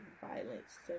violence